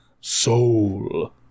Soul